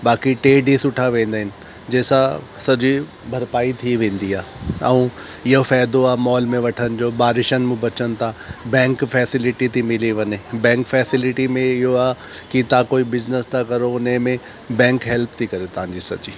बाक़ी टे ॾींहं सुठा वेंदा आहिनि जंहिं सां सॼे भरपाई थी वेंदी आहे ऐं इहो फ़ाइदो मॉल में वठण जो बारिशुनि मां बचनि था बैंक फेसिलिटी थी मिली वञे बैम्क फेसिलिटी में इहो आहे की तव्हां कोई बिजिनिस था करो उन में बैंक हेल्प थी करे तव्हांजी सॼी